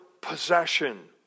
possession